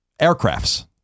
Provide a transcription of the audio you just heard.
Aircrafts